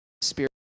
spirit